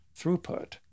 throughput